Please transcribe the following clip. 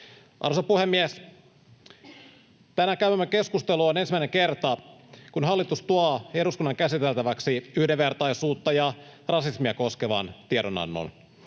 Arvoisa puhemies! Tänään käymämme keskustelu on ensimmäinen kerta, kun hallitus tuo eduskunnan käsiteltäväksi yhdenvertaisuutta ja rasismia koskevan tiedonannon.